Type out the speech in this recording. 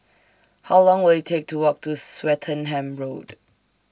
How Long Will IT Take to Walk to Swettenham Road